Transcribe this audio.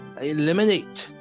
eliminate